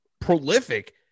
prolific